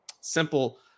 simple